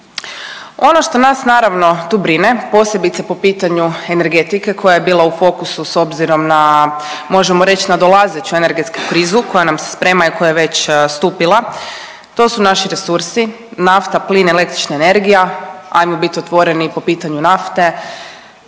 Ono što nas naravno tu brine, posebice po pitanju energetike koja je bila u fokusu s obzirom na možemo reć na nadolazeću energetsku krizu koja nam se sprema i koja je već stupila, to su naši resursi nafta, plin, električna energija. Ajmo bit otvoreni i po pitanju nafte,